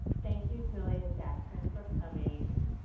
thank you julia jackson for coming.